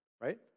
right